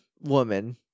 woman